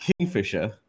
kingfisher